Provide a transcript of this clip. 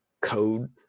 code